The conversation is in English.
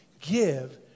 give